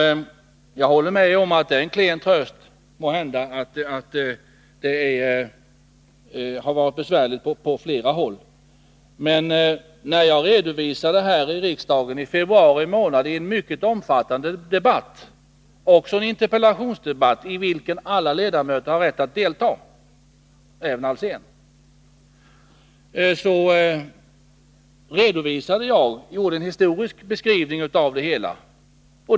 Jag håller med om att det måhända är en klen tröst att det varit besvärligt på flera håll. Men i februari här i kammaren, i en mycket omfattande interpellationsdebatt, i vilken alla ledamöter har rätt att delta — även Hans Alsén — gjorde jag en historisk beskrivning av det hela.